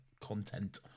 content